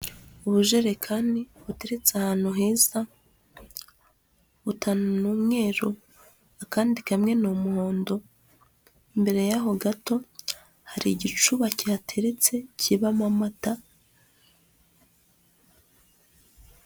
Ubujerekani buteretse ahantu heza butanu ni umweru akandi kamwe ni umuhondo mbere y'aho gato hari igicuba cyateretse kibamo amata.